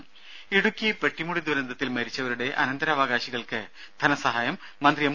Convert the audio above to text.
രും ഇടുക്കി പെട്ടിമുടി ദുരന്തത്തിൽ മരിച്ചവരുടെ അനന്തരാവകാശികൾക്ക് ധനസഹായം മന്ത്രി എം